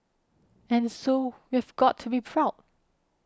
and so we've got to be proud